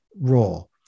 role